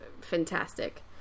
fantastic